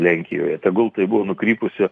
lenkijoje tegul tai buvo nukrypusi